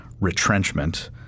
retrenchment